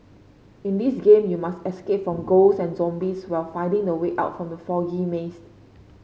in this game you must escape from ghost and zombies while finding the way out from the foggy maze